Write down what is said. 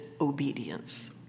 obedience